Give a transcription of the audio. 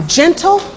gentle